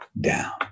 down